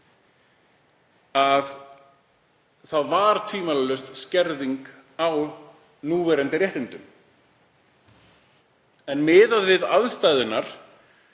Þá var tvímælalaust skerðing á núverandi réttindum. En miðað við aðstæðurnar,